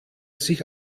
sich